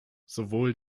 sowohl